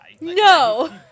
No